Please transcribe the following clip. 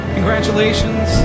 Congratulations